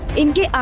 into